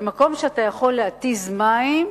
במקום שאתה יכול להתיז מים,